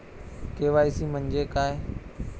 KYC म्हंजे काय?